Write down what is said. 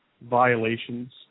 violations